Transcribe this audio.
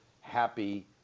happy